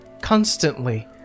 constantly